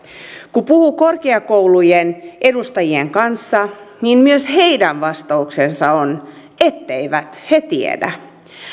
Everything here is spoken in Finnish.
kun puhuu korkeakoulujen edustajien kanssa niin myös heidän vastauksensa on etteivät he tiedä